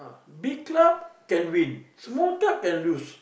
big club can win small club can lose